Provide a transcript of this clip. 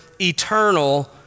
eternal